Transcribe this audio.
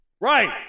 Right